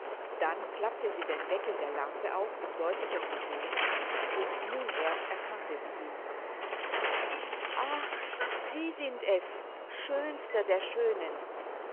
dann klappte sie den deckel der lampe auf um deutlicher zu sehen und nun erst erkannte sie ihn ach sie sind es schönster der schönen